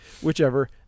whichever